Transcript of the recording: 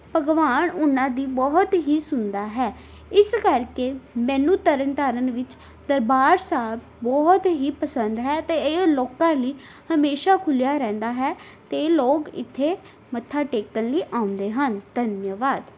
ਭਗਵਾਨ ਉਹਨਾਂ ਦੀ ਬਹੁਤ ਹੀ ਸੁਣਦਾ ਹੈ ਇਸ ਕਰਕੇ ਮੈਨੂੰ ਤਰਨ ਤਾਰਨ ਵਿੱਚ ਦਰਬਾਰ ਸਾਹਿਬ ਬਹੁਤ ਹੀ ਪਸੰਦ ਹੈ ਅਤੇ ਇਹ ਲੋਕਾਂ ਲਈ ਹਮੇਸ਼ਾਂ ਖੁੱਲ੍ਹਿਆ ਰਹਿੰਦਾ ਹੈ ਅਤੇ ਲੋਕ ਇੱਥੇ ਮੱਥਾ ਟੇਕਣ ਲਈ ਆਉਂਦੇ ਹਨ ਧੰਨਵਾਦ